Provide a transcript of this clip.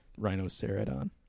Rhinocerodon